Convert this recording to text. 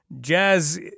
jazz